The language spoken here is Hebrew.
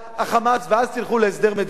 ואז תלכו להסדר מדיני.